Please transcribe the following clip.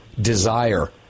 desire